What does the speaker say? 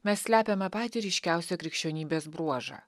mes slepiame patį ryškiausią krikščionybės bruožą